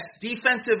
defensive